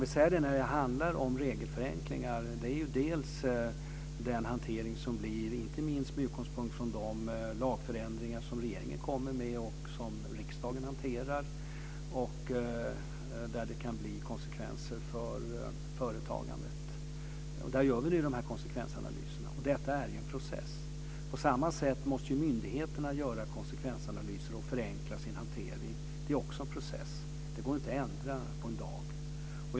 I fråga om regelförenklingar handlar det bl.a. om den hantering som sker inte minst med utgångspunkt i de lagförändringar som regeringen föreslår och som riksdagen fattar beslut om och som kan ge konsekvenser för företagandet. I fråga om detta gör vi nu konsekvensanalyser. Och detta är ju en process. På samma sätt måste ju myndigheterna göra konsekvensanalyser och förenkla sin hantering. Det är också en process. Det går inte att ändra på en dag.